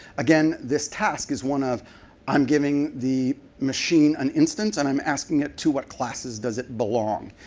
again, this task is one of i'm giving the machine an instance and i'm asking it to what classes does it belong?